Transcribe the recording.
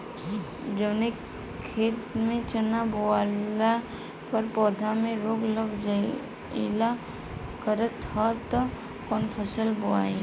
जवने खेत में चना बोअले पर पौधा में रोग लग जाईल करत ह त कवन फसल बोआई?